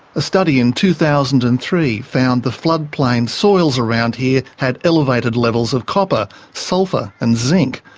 a study in two thousand and three found the floodplain soils around here had elevated levels of copper, sulphur and zinc,